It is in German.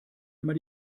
immer